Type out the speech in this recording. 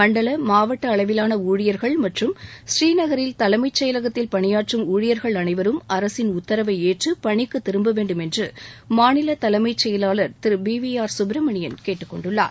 மண்டல மாவட்ட அளவிலான ஊழியர்கள் மற்றும் ஸ்ரீநகரில் தலைமைச்செயலகத்தில் பணியாற்றும் ணழியர்கள் அனைவரும் அரசின் உத்தரவை ஏற்று பணிக்கு திரும்ப வேண்டும் என்று மாநில தலைமைச் செயலாளர் Thiru P V R Subramanian கேட்டுக்கொண்டுள்ளார்